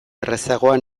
errazagoa